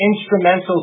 instrumental